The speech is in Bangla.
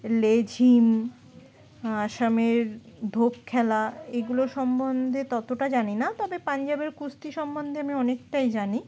লেঝিম অসমের ধোপ খেলা এগুলো সম্বন্ধে ততটা জানি না তবে পঞ্জাবের কুস্তি সম্বন্ধে আমি অনেকটাই জানি